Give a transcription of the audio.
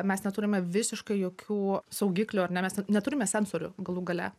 mes neturime visiškai jokių saugiklių ar ne mes neturime sensorių galų gale